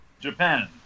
Japan